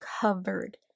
covered